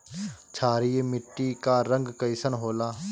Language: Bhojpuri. क्षारीय मीट्टी क रंग कइसन होला?